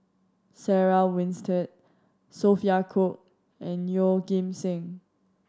Sarah Winstedt Sophia Cooke and Yeoh Ghim Seng